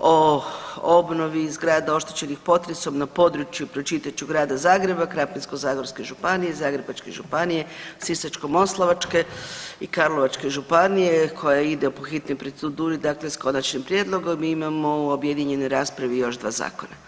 o obnovi zgrada oštećenih potresom na području, pročitat ću Grada Zagreba, Krapinsko-zagorske županije, Zagrebačke županije, Sisačko-moslavačke i Karlovačke županije, koja ide po hitnim proceduri, dakle s konačnim prijedlogom i imamo u objedinjenoj raspravi još 2 zakona.